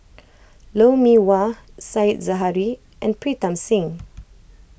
Lou Mee Wah Said Zahari and Pritam Singh